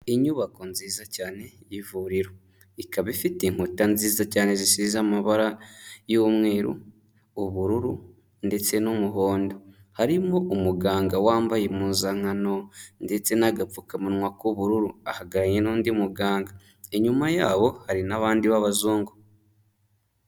Inyubako nziza cyane y'ivuriro, ikaba ifite inkuta nziza cyane zisize amabara y'umweru, ubururu ndetse n'umuhondo. Harimo umuganga wambaye impuzankano ndetse n'agapfukamunwa k'ubururu, ahaganye n'undi muganga. Inyuma yabo hari n'abandi b'abazungu.